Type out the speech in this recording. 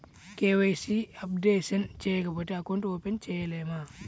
KYC updation చేయకపోతే account open చేయలేమా?